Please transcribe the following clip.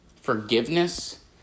forgiveness